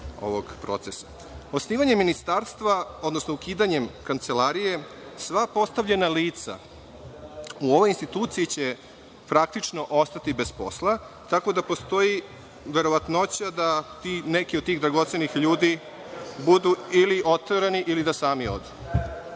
procesa. Osnivanje ministarstva, odnosno ukidanjem Kancelarije, sva postavljena lica u ovoj instituciji će praktično ostati bez posla, tako da postoji verovatnoća da neki od tih dragocenih ljudi budu ili oterani, ili da sami odu.